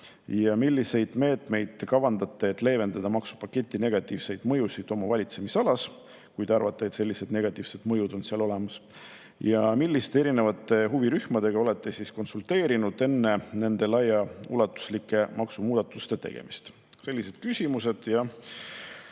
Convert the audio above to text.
Milliseid meetmeid ta kavandab, et leevendada maksupaketi negatiivseid mõjusid oma valitsemisalas, kui ta arvab, et sellised negatiivsed mõjud on seal olemas? Milliste huvirühmadega on ta konsulteerinud enne nende laiaulatuslike maksumuudatuste tegemist? Sellised on küsimused ja